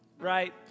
right